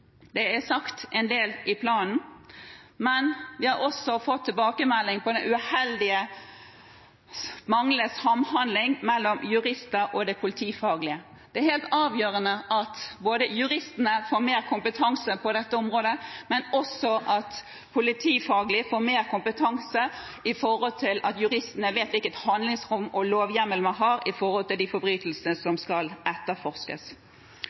Det er sagt en del i planen, men vi har også fått tilbakemeldinger om manglende samhandling mellom jurister og det politifaglige. Det er helt avgjørende både at juristene får mer kompetanse på dette området, og at det politifaglige får mer kompetanse, slik at juristene vet hvilket handlingsrom og hvilken lovhjemmel man har når det gjelder de forbrytelsene som skal etterforskes.